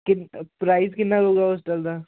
price ਕਿੰਨਾ ਹੋਗਾ hostel ਦਾ